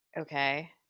Okay